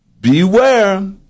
beware